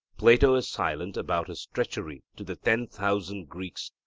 plato is silent about his treachery to the ten thousand greeks,